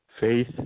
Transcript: faith